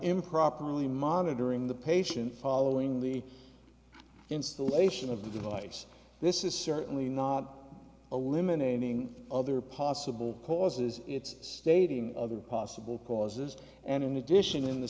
improperly monitoring the patient following the installation of the device this is certainly not a limb an ending other possible causes it's stating other possible causes and in addition in the